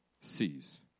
sees